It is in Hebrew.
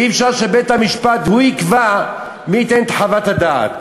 אי-אפשר שבית-המשפט יקבע מי ייתן את חוות הדעת?